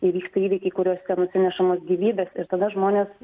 įvyksta įvykiai kuriuose nusinešamos gyvybės ir tada žmonės